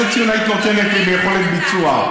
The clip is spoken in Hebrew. איזה ציון היית נותנת לי ביכולת ביצוע?